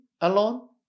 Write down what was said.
alone